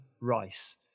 Rice